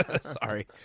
Sorry